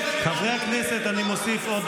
למה הפגנתם?